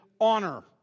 honor